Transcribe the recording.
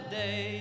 day